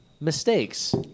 mistakes